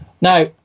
Now